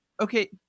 Okay